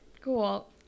cool